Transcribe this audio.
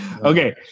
Okay